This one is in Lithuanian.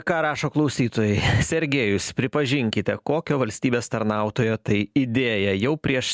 ką rašo klausytojai sergėjus pripažinkite kokio valstybės tarnautojo tai idėja jau prieš